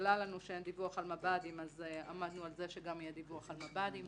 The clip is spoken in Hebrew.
שהתגלה לנו שאין דיווח על מב"דים עמדנו על זה שגם יהיה דיווח על מב"דים.